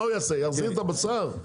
הוא יחזיר את הבשר?